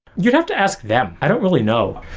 you'd have to ask them. i don't really know.